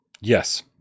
Yes